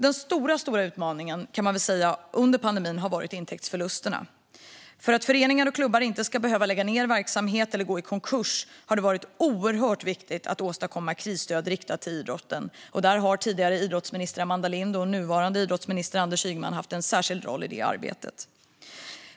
Den stora utmaningen har under pandemin varit intäktsförlusterna. För att föreningar och klubbar inte skulle behöva lägga ned verksamhet eller gå i konkurs har det varit oerhört viktigt att åstadkomma krisstöd riktat till idrotten. I detta arbete har tidigare idrottsminister Amanda Lind och nuvarande idrottsminister Anders Ygeman haft en särskild roll.